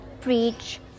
preach